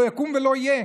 לא יקום ולא יהיה.